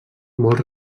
molts